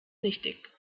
nichtig